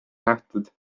nähtud